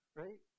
right